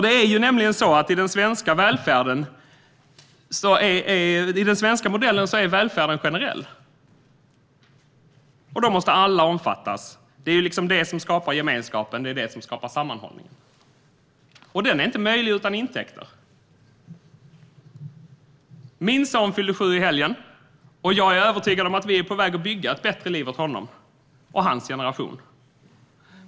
Det är nämligen så att i den svenska modellen är välfärden generell, och då måste alla omfattas. Det är ju detta som skapar gemenskapen och sammanhållningen; den är inte möjlig utan intäkter. Min son fyllde sju i helgen, och jag är övertygad om att vi är på väg att bygga ett bättre liv åt honom och hans generation.